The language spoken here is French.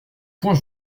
point